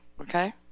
okay